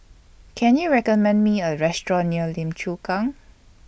Can YOU recommend Me A Restaurant near Lim Chu Kang